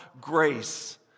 grace